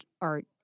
art